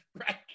right